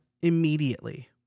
immediately